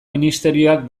ministerioak